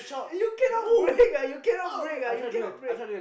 you cannot brake ah you cannot brake ah you cannot brake